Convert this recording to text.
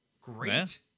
Great